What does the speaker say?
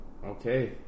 okay